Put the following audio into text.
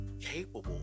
capable